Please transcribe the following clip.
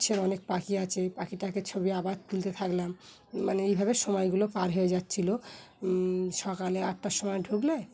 এখানে অনেক পাখি আছে পাখিটাকে ছবি আবার তুলতে থাকলাম মানে এইভাবে সময়গুলো পার হয়ে যাচ্ছিলো সকালে আটটার সময় ঢুকলে